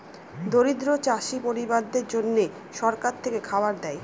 দরিদ্র চাষী পরিবারদের জন্যে সরকার থেকে খাবার দেয়